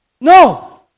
No